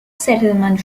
settlement